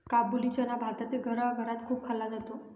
काबुली चना भारतातील घराघरात खूप खाल्ला जातो